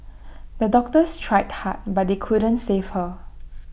the doctors tried hard but they couldn't save her